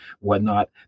whatnot